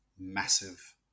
Massive